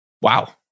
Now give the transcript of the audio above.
Wow